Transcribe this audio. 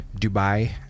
Dubai